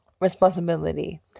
responsibility